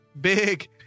big